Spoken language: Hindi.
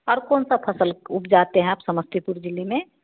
और कौनसा फसल उबजाते हैं आप समस्तीपुर जिले में